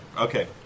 Okay